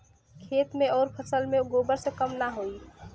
खेत मे अउर फसल मे गोबर से कम ना होई?